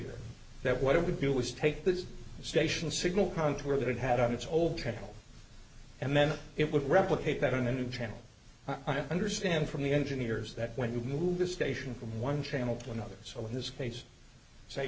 clear that what it would do was take this station signal contour that it had on its old trail and then it would replicate that in a new channel i understand from the engineers that when you move the station from one channel to another so in this case say